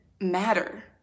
matter